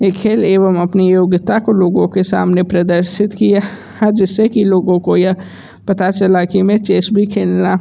ये खेल एवं अपनी योग्यता को लोगों के सामने प्रदर्शित किया जिससे कि लोगों को यह पता चला कि मैं चेस भी खेलना